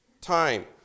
time